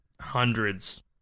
hundreds